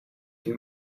too